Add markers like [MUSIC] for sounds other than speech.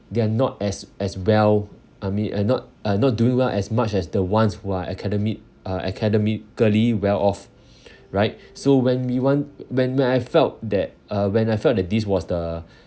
they're not as as well I mean and not uh not doing well as much as the ones who are academic uh academically well off [BREATH] right so when we want when when I felt that uh when I felt that this was the